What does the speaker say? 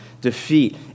defeat